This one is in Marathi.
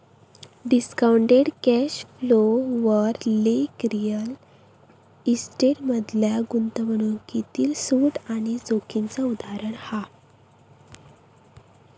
डिस्काउंटेड कॅश फ्लो वर लेख रिअल इस्टेट मधल्या गुंतवणूकीतील सूट आणि जोखीमेचा उदाहरण हा